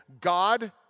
God